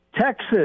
Texas